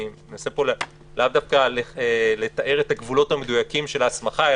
אני מנסה פה לאו דווקא לתאר את הגבולות המדויקים של ההסמכה,